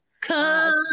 come